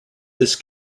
this